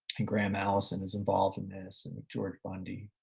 and graham allison is involved in this and mcgeorge bundy,